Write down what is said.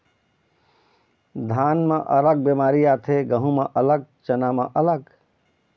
धान म अलग बेमारी आथे, गहूँ म अलग, चना म अलग